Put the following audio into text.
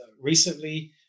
recently